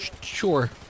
Sure